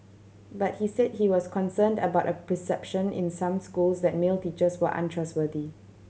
but he said he was concerned about a perception in some schools that male teachers were untrustworthy